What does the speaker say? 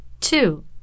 Two